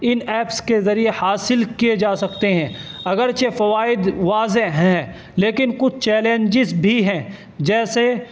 ان apps کے ذریعے حاصل کیے جا سکتے ہیں اگرچہ فوائد واضح ہیں لیکن کچھ چیلنجز بھی ہیں جیسے